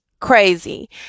crazy